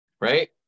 right